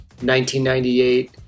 1998